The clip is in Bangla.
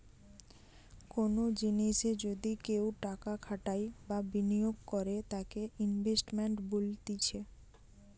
কোনো জিনিসে যদি কেও টাকা খাটাই বা বিনিয়োগ করে তাকে ইনভেস্টমেন্ট বলতিছে